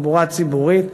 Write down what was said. ותחבורה ציבורית,